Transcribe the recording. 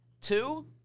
Two